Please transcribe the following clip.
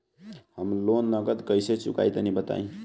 हम लोन नगद कइसे चूकाई तनि बताईं?